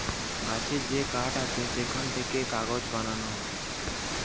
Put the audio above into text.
গাছের যে কাঠ আছে সেখান থেকে কাগজ বানানো হতিছে